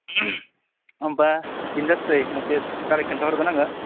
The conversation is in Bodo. होनबा बेनि थाखाय मोनसे तारिख खिन्थाहरगोन आङो